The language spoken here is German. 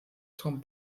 tom